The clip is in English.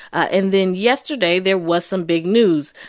and then yesterday, there was some big news.